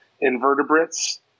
invertebrates